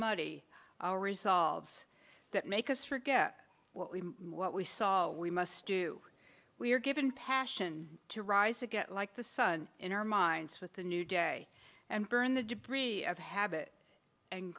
muddy resolves that make us forget what we what we saw we must do we are given passion to rise again like the sun in our minds with the new day and burn the debris of habit an